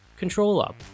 ControlUp